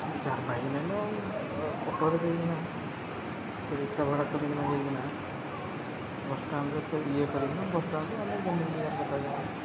କି ଯାର୍ ବାଇକ୍ ନାଇଁନ ଅଟୋରେ ଯାଇକିନା କି ରିକ୍ସା ଭଡ଼ା କରିକିନା ଯାଇକିନା ବସ୍ ଷ୍ଟାଣ୍ଡ୍ରୁ ଏତେ ଇଏ କରିକିନା ବସ୍ ଷ୍ଟାଣ୍ଡ୍ରୁ ଆମେ ଯେନିକେ ଯିବାର୍ କଥା ଯାଉ